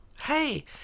Hey